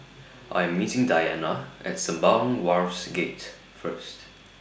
I'm meeting Diana At Sembawang Wharves Gate First